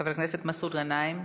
חבר הכנסת מסעוד גנאים,